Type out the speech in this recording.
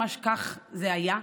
ממש כך זה היה,